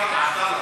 עבדאללה.